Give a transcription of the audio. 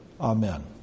Amen